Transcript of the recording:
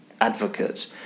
advocate